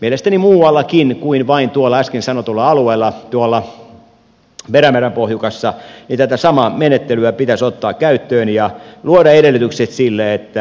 mielestäni muuallakin kuin vain tuolla äsken sanotulla alueella tuolla perämeren pohjukassa tämä sama menettely pitäisi ottaa käyttöön ja luoda edellytykset sille että